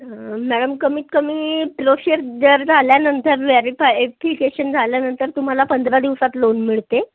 madam कमीत कमी procedure झाल्यानंतर व्हॅरिफायफिकेशन झाल्यानंतर तुम्हाला पंधरा दिवसात लोन मिळते